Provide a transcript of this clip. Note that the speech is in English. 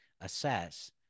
assess